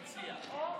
שלך.